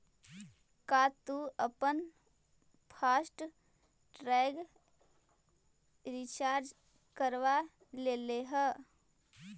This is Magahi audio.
का तु अपन फास्ट टैग रिचार्ज करवा लेले हे?